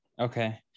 Okay